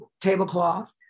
tablecloth